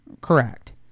Correct